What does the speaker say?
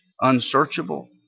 unsearchable